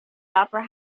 opera